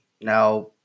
now